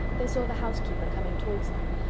they saw the housekeeper coming towards them,